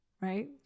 right